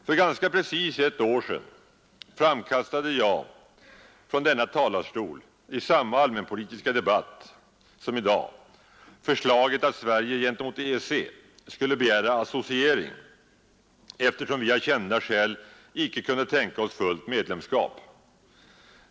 För ganska precis ett år sedan framkastade jag i den allmänpolitiska debatt som då hölls förslaget att Sverige gentemot EEC skulle begära associering, eftersom vi av kända skäl icke kunde tänka oss fullt medlemskap.